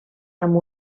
amb